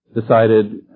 decided